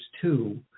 two